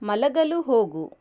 ಮಲಗಲು ಹೋಗು